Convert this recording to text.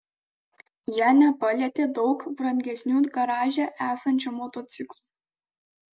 jie nepalietė daug brangesnių garaže esančių motociklų